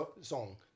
song